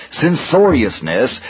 censoriousness